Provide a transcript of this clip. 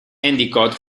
endicott